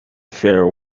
fare